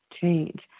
change